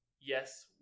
yes